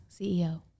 CEO